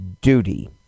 duty